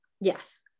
yes